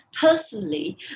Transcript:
personally